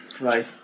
right